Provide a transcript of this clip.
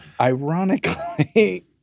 Ironically